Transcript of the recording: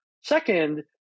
Second